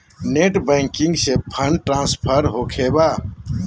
Net banking से fund transfer होखें बा?